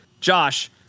Josh